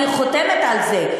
אני חותמת על זה.